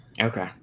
Okay